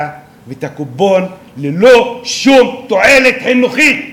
ואת הקופון ללא שום תועלת חינוכית.